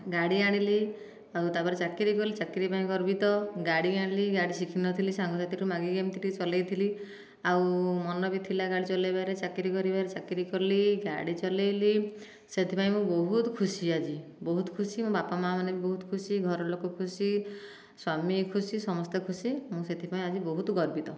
ଗାଡ଼ି ଆଣିଲି ଆଉ ତା'ପରେ ଚାକିରି କଲି ଚାକିରି ପାଇଁ ଗର୍ବିତ ଗାଡ଼ି ଆଣିଲି ଗାଡ଼ି ଶିଖିନଥିଲି ସାଙ୍ଗସାଥିଠୁ ମାଗିକି ଏମିତି ଟିକିଏ ଚଲାଇଥିଲି ଆଉ ମନ ବି ଥିଲା ଗାଡ଼ି ଚଲାଇବାରେ ଚାକିରି କରିବାରେ ଚାକିରି କଲି ଗାଡ଼ି ଚଲାଇଲି ସେଥିପାଇଁ ମୁଁ ବହୁତ ଖୁସି ଆଜି ବହୁତ ଖୁସି ମୋ' ବାପା ମା'ମାନେ ବି ବହୁତ ଖୁସି ଘର ଲୋକ ଖୁସି ସ୍ୱାମୀ ଖୁସି ସମସ୍ତେ ଖୁସି ମୁଁ ସେଥିପାଇଁ ଆଜି ବହୁତ ଗର୍ବିତ